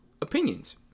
opinions